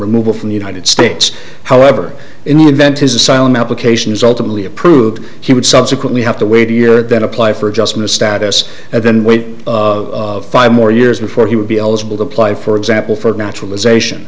removal from the united states however in the event his asylum application is ultimately approved he would subsequently have to wait a year then apply for adjustment status and then wait five more years before he would be eligible to apply for example for naturalization